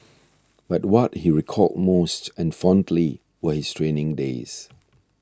but what he recalled most and fondly were his training days